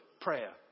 prayer